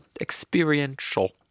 Experiential